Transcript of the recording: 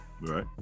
Right